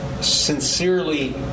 sincerely